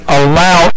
allow